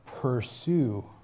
pursue